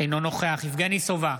אינו נוכח יבגני סובה,